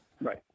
Right